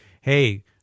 hey